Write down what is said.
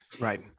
Right